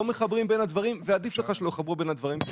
לא מחברים בין הדברים ועדיף לך שלא יחברו אותם.